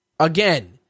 Again